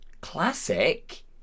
classic